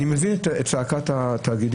אני מבין את צעקת התאגידים.